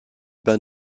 bas